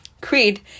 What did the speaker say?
CREED